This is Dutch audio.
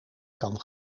kan